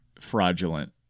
fraudulent